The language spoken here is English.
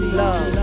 love